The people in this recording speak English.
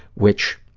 which